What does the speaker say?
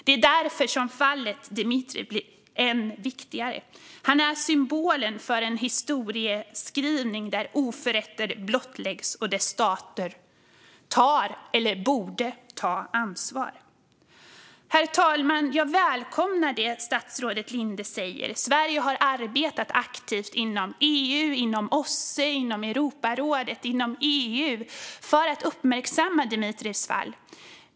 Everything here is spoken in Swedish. Det är därför som fallet Dmitrijev blir än viktigare. Han är symbolen för en historieskrivning där oförrätter blottläggs och där stater tar, eller borde ta, ansvar. Herr talman! Jag välkomnar det statsrådet Linde säger. Sverige har arbetat aktivt inom EU, inom OSSE och inom Europarådet för att uppmärksamma Dmitrijevs fall.